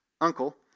Uncle